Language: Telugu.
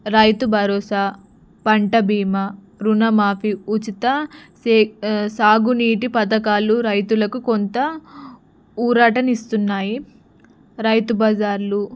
రైతు బరోసా పంట బీమా రుణమాఫీ ఉచిత సే సాగునీటి పథకాలు రైతులకు కొంత ఊరటని ఇస్తున్నాయి రైతు బజార్లు